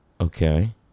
Okay